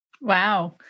Wow